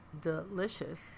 delicious